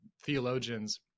Theologians